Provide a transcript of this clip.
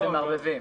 אתם מערבבים.